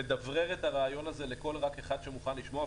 לדברר את הרעיון הזה לכל מי שרק מוכן לשמוע,